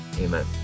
Amen